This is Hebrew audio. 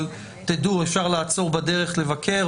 אבל תדעו שאפשר לעצור בדרך לבקר,